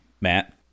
Matt